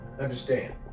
understand